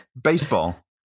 baseball